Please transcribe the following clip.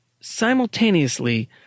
simultaneously